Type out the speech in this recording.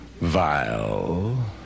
vile